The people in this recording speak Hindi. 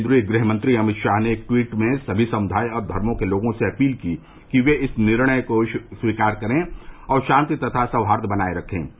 केंद्रीय गृहमंत्री अमित शाह ने एक ट्वीट में सभी समुदाय और धर्मो के लोगों से अपील की कि वे इस निर्णय को स्वीकार करे और शांति तथा सौहार्द बनाये रखें